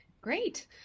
Great